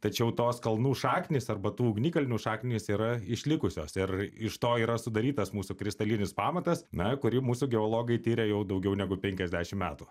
tačiau tos kalnų šaknys arba tų ugnikalnių šaknys yra išlikusios ir iš to yra sudarytas mūsų kristalinis pamatas na kurį mūsų geologai tiria jau daugiau negu penkiasdešim metų